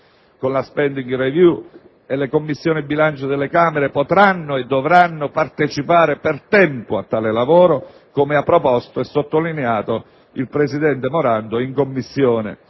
con la *spending review* e le Commissioni bilancio delle Camere potranno e dovranno partecipare per tempo a tale lavoro, come ha proposto e sottolineato il presidente Morando in Commissione.